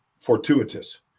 fortuitous